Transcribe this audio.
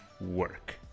work